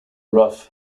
rough